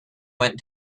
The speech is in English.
went